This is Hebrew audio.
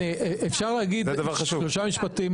אפשר לומר שלושה משפטים